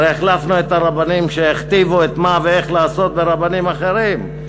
הרי החלפנו את הרבנים שהכתיבו מה ואיך לעשות ברבנים אחרים.